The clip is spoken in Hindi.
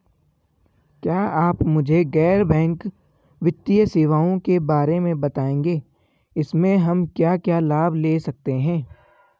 क्या आप मुझे गैर बैंक वित्तीय सेवाओं के बारे में बताएँगे इसमें हम क्या क्या लाभ ले सकते हैं?